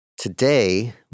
Today